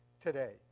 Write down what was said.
today